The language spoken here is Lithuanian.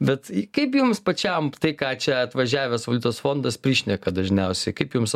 bet kaip jums pačiam tai ką čia atvažiavęs valiutos fondas prišneka dažniausiai kaip jums